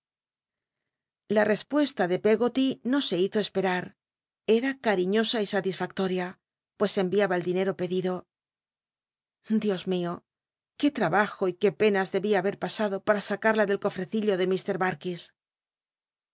la respuesta de peggoty no se hizo esperar em cariñosa y satisfactoria pues en'iaba el dinet'o pedido dios mio qué trnbajo y qu ó pcnns debía haber pasado para sacada del coftccillo de